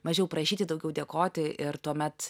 mažiau prašyti daugiau dėkoti ir tuomet